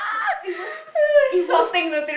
it was it was